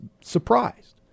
surprised